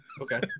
okay